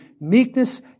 meekness